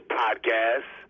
podcast